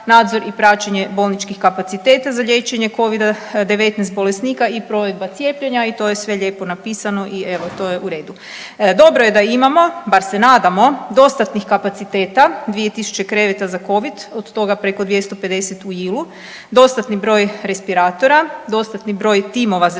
nadzor i praćenje bolničkih kapaciteta za liječenje Covida-19 bolesnika i provedba cijepljenja i to je sve lijepo napisano i evo to je u redu. Dobro je da imamo, bar se nadamo dostatnih kapaciteta 2000 kreveta za Covid od toga preko 250 u …/nerazumljivo/… dostatni broj respiratora, dostatni broj timova zdravstvenih